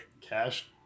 cash